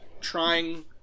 trying